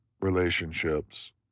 Relationships